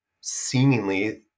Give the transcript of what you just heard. seemingly